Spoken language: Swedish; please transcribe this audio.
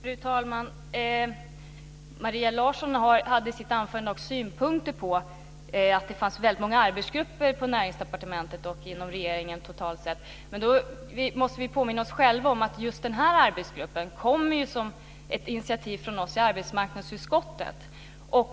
Fru talman! Maria Larsson hade i sitt anförande synpunkter på att det fanns väldigt många arbetsgrupper på Näringsdepartementet och inom regeringen totalt sett. Då måste vi påminna oss själva om att just den här arbetsgruppen kom som ett initiativ från oss i arbetsmarknadsutskottet.